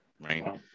right